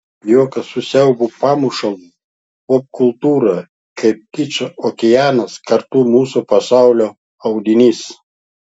juokas su siaubo pamušalu popkultūra kaip kičo okeanas ir kartu mūsų pasaulio audinys